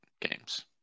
games